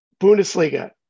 bundesliga